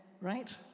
right